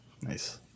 Nice